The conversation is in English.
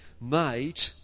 made